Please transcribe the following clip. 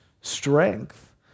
strength